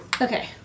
Okay